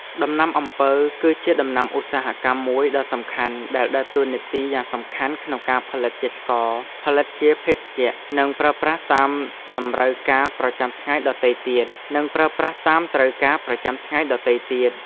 ដំណាំអំពៅ គឺជាដំណាំឧស្សាហកម្មមួយដ៏សំខាន់ ដែលដើរតួនាទីយ៉ាងសំខាន់ក្នុងការផលិតជាស្ករ ផលិតជាភេសជ្ជៈ និងប្រើប្រាស់តាមត្រូវការប្រចាំថ្ងៃដទៃទៀត។